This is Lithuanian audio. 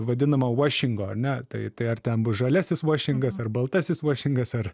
vadinamo vuošingo ar ne tai tai ar ten bus žaliasis vuošingas ar baltasis vuošingas ar